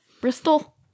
Bristol